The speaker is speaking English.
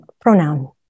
pronoun